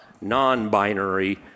non-binary